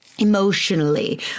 emotionally